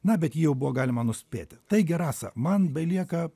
na bet jį jau buvo galima nuspėti teigi rasa man belieka